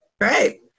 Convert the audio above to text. Great